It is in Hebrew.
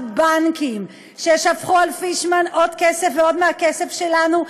הבנקים ששפכו על פישמן עוד ועוד מהכסף שלנו,